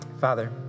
Father